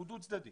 הוא דו צדדי,